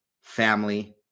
family